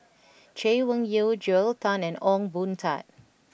Chay Weng Yew Joel Tan and Ong Boon Tat